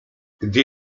gdy